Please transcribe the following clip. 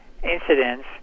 incidents